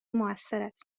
موثرت